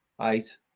eight